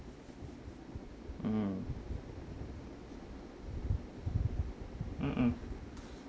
mm mmhmm